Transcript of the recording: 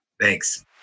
Thanks